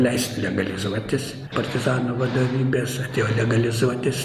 leist legalizuotis partizanų vadovybės atėjo legalizuotis